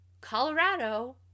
Colorado